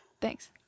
Thanks